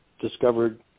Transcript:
discovered